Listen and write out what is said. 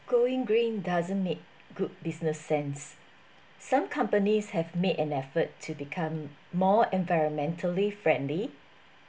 going green doesn't make good business sense some companies have made an effort to become more environmentally friendly